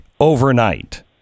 overnight